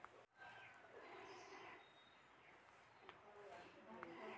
కృత్రిమ పరాగ సంపర్కం అంటే ఏంది?